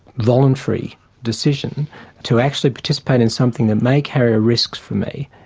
voluntary decision to actually participate in something that may carry a risk for me,